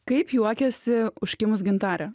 kaip juokiasi užkimus gintarė